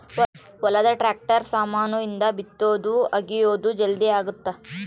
ಹೊಲದ ಟ್ರಾಕ್ಟರ್ ಸಾಮಾನ್ ಇಂದ ಬಿತ್ತೊದು ಅಗಿಯೋದು ಜಲ್ದೀ ಅಗುತ್ತ